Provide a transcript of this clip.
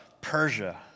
Persia